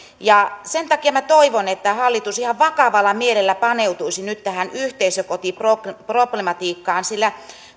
sen takia minä toivon että hallitus ihan vakavalla mielellä paneutuisi nyt tähän yhteisökotiproblematiikkaan sillä